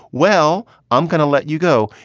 well, i'm going to let you go.